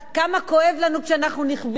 כמה כואב לנו כשאנחנו נכווים.